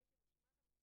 כי נמאס להם לחיות בשחור.